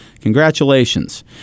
Congratulations